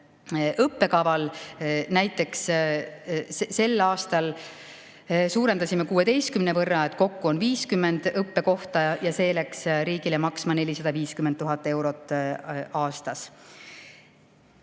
õppekaval. Näiteks sel aastal suurendasime seda arvu 16 võrra, kokku on 50 õppekohta ja see läks riigile maksma 450 000 eurot aastas.